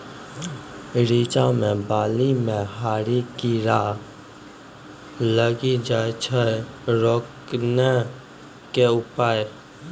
रिचा मे बाली मैं लाही कीड़ा लागी जाए छै रोकने के उपाय?